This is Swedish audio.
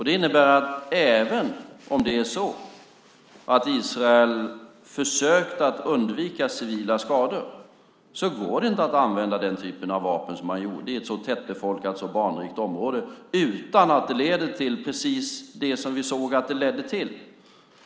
Det innebär att även om det är så att Israel har försökt undvika civila skador går det inte att använda den typ av vapen som man har använt i ett tättbefolkat och barnrikt område utan att det leder till precis det som vi har sett.